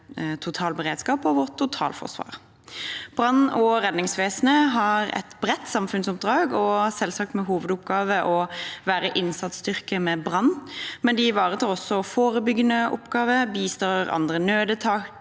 totalberedskap og vårt totalforsvar. Brann- og redningsvesenet har et bredt samfunnsoppdrag, selvsagt med hovedoppgave å være innsatsstyrke ved brann, men de ivaretar også forebyggende oppgaver, bistår andre nødetater